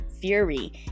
Fury